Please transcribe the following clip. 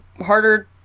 harder